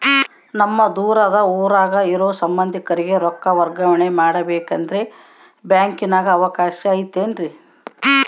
ನಮ್ಮ ದೂರದ ಊರಾಗ ಇರೋ ಸಂಬಂಧಿಕರಿಗೆ ರೊಕ್ಕ ವರ್ಗಾವಣೆ ಮಾಡಬೇಕೆಂದರೆ ಬ್ಯಾಂಕಿನಾಗೆ ಅವಕಾಶ ಐತೇನ್ರಿ?